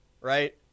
Right